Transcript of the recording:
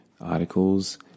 articles